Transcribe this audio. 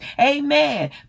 amen